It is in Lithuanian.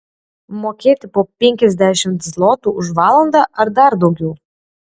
mokėti po penkiasdešimt zlotų už valandą ar dar daugiau